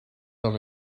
dan